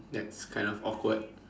that's kind of awkward